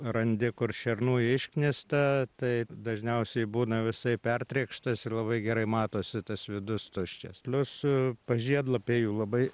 randi kur šernų išknista taip dažniausiai būna visai pertrėkštas ir labai gerai matosi tas vidus tuščias plius pažiedlapiai labai